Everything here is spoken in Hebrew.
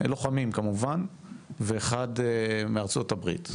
וחייל מקנדה.